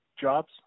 jobs